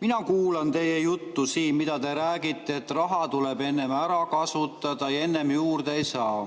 Mina kuulan teie juttu siin, mida te räägite, et raha tuleb ära kasutada ja enne juurde ei saa.